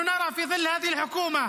(אומר דברים בשפה הערבית,